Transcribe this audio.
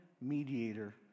mediator